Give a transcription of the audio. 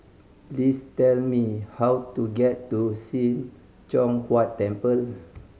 please tell me how to get to Sim Choon Huat Temple